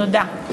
תודה.